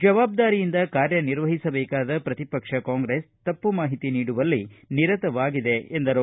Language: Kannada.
ಜವಾಬ್ದಾರಿಯಿಂದ ಕಾರ್ಯ ನಿರ್ವಹಿಸಬೇಕಾದ ಪ್ರತಿಪಕ್ಷ ಕಾಂಗ್ರೆಸ್ ತಪ್ಪು ಮಾಹಿತಿ ನೀಡುವಲ್ಲಿ ನಿರತವಾಗಿದೆ ಎಂದರು